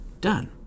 done